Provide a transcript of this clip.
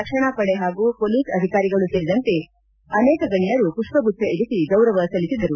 ರಕ್ಷಣಾ ಪಡೆ ಹಾಗೂ ಪೊಲೀಸ್ ಅಧಿಕಾರಿಗಳು ಸೇರಿದಂತೆ ಅನೇಕ ಗಣ್ಣರು ಪುಷ್ಪಗುಚ್ದ ಇರಿಸಿ ಗೌರವ ಸಲ್ಲಿಸಿದರು